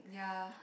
yea